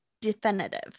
definitive